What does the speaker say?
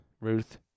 Ruth